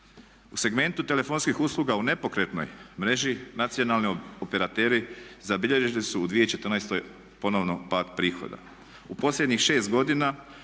U segmentu telefonskih usluga u nepokretnoj mreži nacionalni operateri zabilježili su u 2014. ponovno pad prihoda. U posljednjih 6 godina